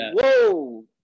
whoa